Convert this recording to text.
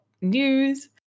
news